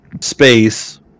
space